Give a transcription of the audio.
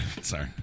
Sorry